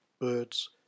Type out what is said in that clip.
birds